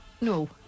No